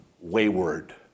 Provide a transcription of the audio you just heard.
wayward